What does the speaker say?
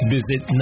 Visit